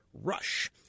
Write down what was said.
RUSH